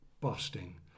busting